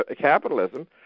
capitalism